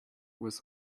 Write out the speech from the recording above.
was